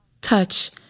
Touch